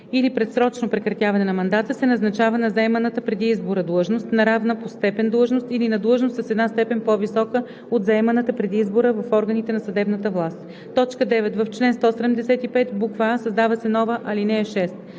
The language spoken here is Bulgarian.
или предсрочно прекратяване на мандата, се назначава на заеманата преди избора длъжност, на равна по степен длъжност или на длъжност с една степен по-висока от заеманата преди избора в органите на съдебната власт.“ 9. В чл. 175: а) създава се нова ал. 6: